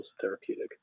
therapeutic